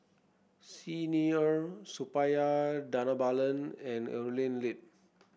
Xi Ni Er Suppiah Dhanabalan and Evelyn Lip